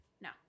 No